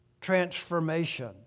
transformation